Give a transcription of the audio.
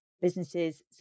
businesses